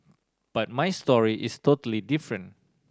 but my story is totally different